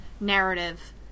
narrative